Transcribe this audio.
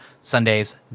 Sundays